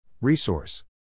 Resource